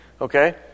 Okay